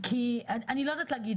אני לא יודעת להגיד.